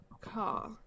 car